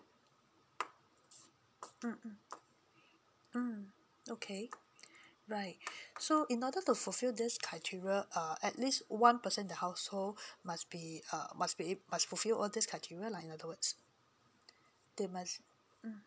mm mm mm okay right so in order to fulfil this criteria uh at least one person in the household must be uh must be must fulfill all these criteriar lah in another words they must mm